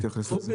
טוב.